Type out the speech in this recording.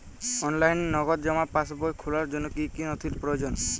অনলাইনে নগদ জমা পাসবই খোলার জন্য কী কী নথি প্রয়োজন?